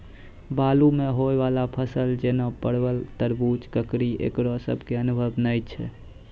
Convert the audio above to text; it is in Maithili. बालू मे होय वाला फसल जैना परबल, तरबूज, ककड़ी ईकरो सब के अनुभव नेय छै?